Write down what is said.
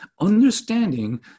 understanding